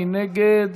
מי נגד?